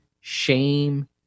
shame